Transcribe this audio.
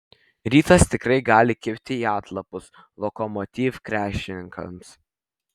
rytas tikrai gali kibti į atlapus lokomotiv krepšininkams